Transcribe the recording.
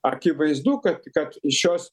akivaizdu kad kad šios